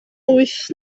wyth